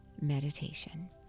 meditation